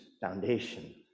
Foundation